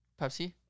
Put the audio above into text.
Pepsi